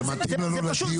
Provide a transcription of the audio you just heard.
זה מתאים לנו לדיון.